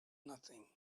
nothing